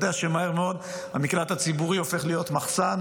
שמהר מאוד המקלט הציבורי הופך להיות מחסן,